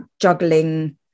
juggling